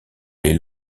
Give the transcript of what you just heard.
les